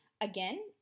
again